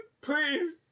please-